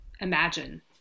imagine